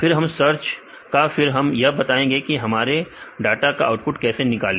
फिर हम सर्च का फिर हम यह बताएंगे कि हमारे डाटा का आउटपुट कैसे निकाले